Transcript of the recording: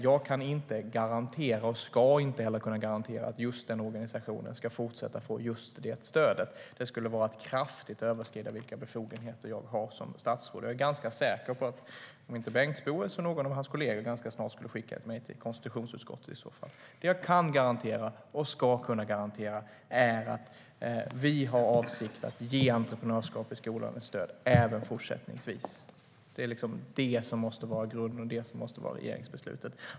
Jag kan inte garantera och ska inte heller kunna garantera att just den organisationen fortsatt ska få just det stödet. Det skulle vara att kraftigt överskrida de befogenheter jag har som statsråd. Jag är ganska säker på att om inte Bengtzboe så någon av hans kollegor ganska snart skulle skicka mig till konstitutionsutskottet i så fall. Det jag kan och ska kunna garantera är att vi har för avsikt att ge entreprenörskap i skolan ett stöd även fortsättningsvis. Det är det som måste vara grunden, och det är det som måste vara regeringsbeslutet.